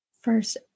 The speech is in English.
first